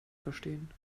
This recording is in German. verstehen